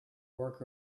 work